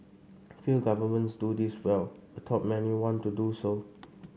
few governments do this well although many want to do so